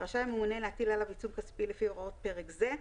רשאי הממונה להטיל עליו עיצום כספי לפי הוראות פרק זה,